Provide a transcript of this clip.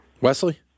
Wesley